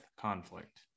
conflict